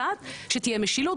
המבצעת שתהיה משילות,